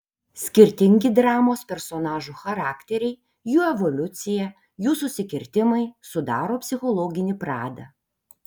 skirtingi dramos personažų charakteriai jų evoliucija jų susikirtimai sudaro psichologinį pradą